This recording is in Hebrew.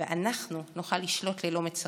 ואנחנו נוכל לשלוט ללא מצרים.